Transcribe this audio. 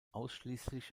ausschließlich